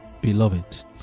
beloved